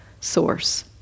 source